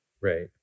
Right